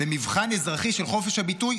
במבחן אזרחי של חופש הביטוי,